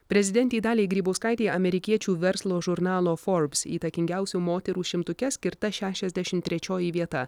prezidentei daliai grybauskaitei amerikiečių verslo žurnalo forbs įtakingiausių moterų šimtuke skirta šešiasdešimt terčioji vieta